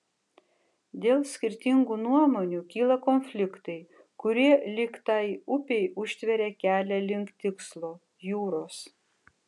dėl skirtingų nuomonių kyla konfliktai kurie lyg tai upei užtveria kelią link tikslo jūros